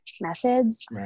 methods